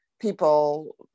people